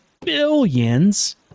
billions